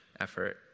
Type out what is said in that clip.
effort